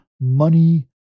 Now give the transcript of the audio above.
money